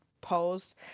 post